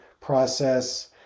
process